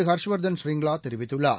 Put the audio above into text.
Harshvardhan ஷ்ரிங்லாதெரிவித்துள்ளார்